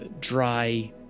dry